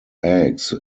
eggs